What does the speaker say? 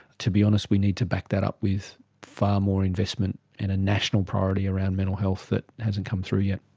to be honest we need to back that up with far more investment in a national priority around mental health that hasn't come through yet.